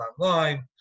online